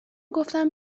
گفتم